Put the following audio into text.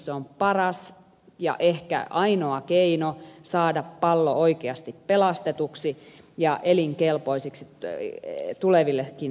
se on paras ja ehkä ainoa keino saada pallo oikeasti pelastetuksi ja elinkelpoiseksi tulevillekin sukupolville